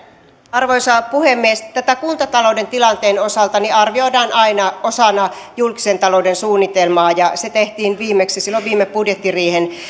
arvoisa puhemies kuntatalouden tilanteen osalta tätä arvioidaan aina osana julkisen talouden suunnitelmaa ja se tehtiin viimeksi silloin viime budjettiriihen